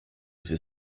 fais